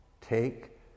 take